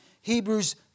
Hebrews